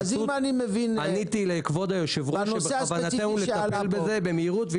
עניתי לכבוד היושב-ראש שבכוונתנו לטפל בזה במהירות.